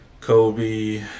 Kobe